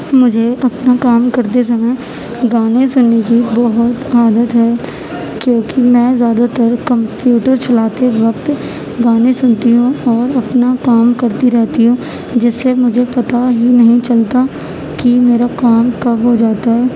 مجھے اپنا کام کرتے سمے گانے سننے کی بہت عادت ہے کیونکہ میں زیادہ تر کمپیوٹر چلاتے وقت گانے سنتی ہوں اور اپنا کام کرتی رہتی ہوں جس سے مجھے پتہ ہی نہیں چلتا کہ میرا کام کب ہو جاتا ہے